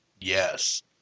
Yes